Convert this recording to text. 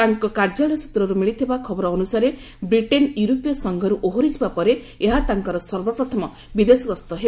ତାଙ୍କ କାର୍ଯ୍ୟାଳୟ ସୂତ୍ରରୁ ମିଳିଥିବା ଖବର ଅନୁସାରେ ବ୍ରିଟେନ୍ ୟୁରୋପୀୟ ସଂଘରୁ ଓହରିଯିବା ପରେ ଏହା ତାଙ୍କର ସର୍ବପ୍ରଥମ ବିଦେଶ ଗସ୍ତ ହେବ